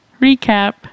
recap